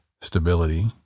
stability